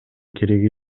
кереги